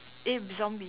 eh zombies